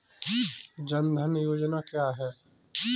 जनधन योजना क्या है?